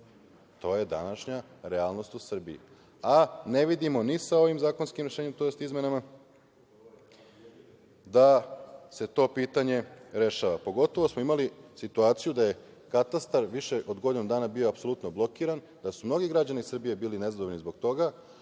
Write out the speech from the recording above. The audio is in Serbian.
To je današnja realnost u Srbiji, a ne vidimo ni sa ovim zakonskim rešenjem, tj. izmenama, da se to pitanje rešava. Pogotovo, imali smo situaciju da je katastar više od godinu dana bio apsolutno blokiran, da su mnogi građani Srbije bili nezadovoljni zbog toga,